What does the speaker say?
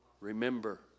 Remember